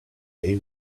day